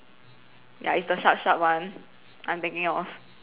ya it's the sharp sharp one I'm thinking of